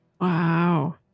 wow